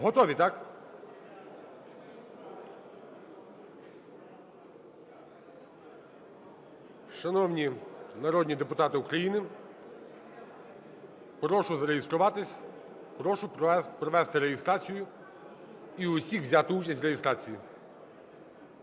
Готові? Так. Шановні народні депутати України, прошу зареєструватись. Прошу провести реєстрацію і всіх взяти участь в реєстрації.